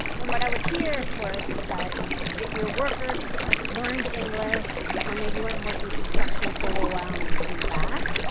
and what i would hear of course is that if your worker learned english or maybe went working construction for a little while and they came back,